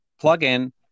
plug-in